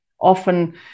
often